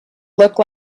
look